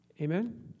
Amen